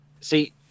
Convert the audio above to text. See